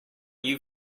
you